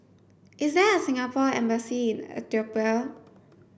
is there a Singapore embassy in Ethiopia